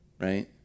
right